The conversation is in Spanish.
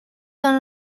tan